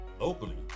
locally